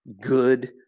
good